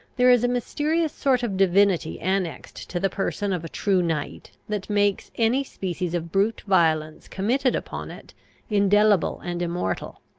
there is a mysterious sort of divinity annexed to the person of a true knight, that makes any species of brute violence committed upon it indelible and immortal.